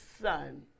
son